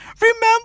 Remember